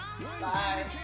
Bye